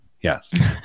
Yes